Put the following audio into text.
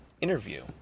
interview